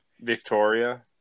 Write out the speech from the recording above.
Victoria